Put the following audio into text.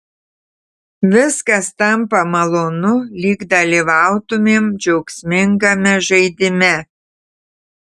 viskas tampa malonu lyg dalyvautumėm džiaugsmingame žaidime